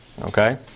Okay